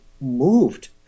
moved